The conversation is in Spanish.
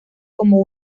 como